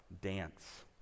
dance